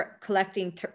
collecting